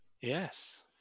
Yes